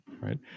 right